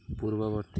ପୂର୍ବବର୍ତ୍ତୀ